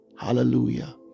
Hallelujah